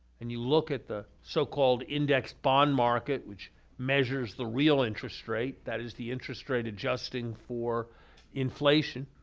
and you look at the so-called index bond market, which measures the real interest rate that is, the interest rate adjusting for inflation